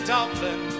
Dublin